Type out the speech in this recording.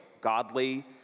godly